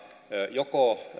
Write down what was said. joko